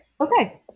Okay